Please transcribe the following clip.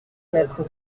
mettre